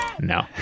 No